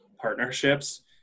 partnerships